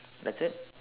that's it